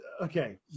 Okay